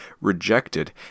rejected